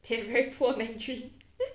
they have very poor mandarin